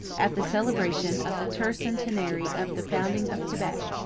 at the celebration of the tercentenary of the founding of quebec,